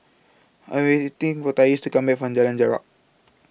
I Am waiting For Tyrese to Come Back from Jalan Jarak